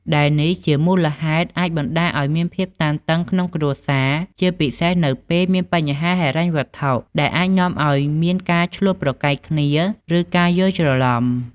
ដែលនេះជាមូលហេតុអាចបណ្ដាលឱ្យមានភាពតានតឹងក្នុងគ្រួសារ ជាពិសេសនៅពេលមានបញ្ហាហិរញ្ញវត្ថុ ដែលអាចនាំឱ្យមានការឈ្លោះប្រកែកគ្នា ឬការយល់ច្រឡំ។